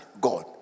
God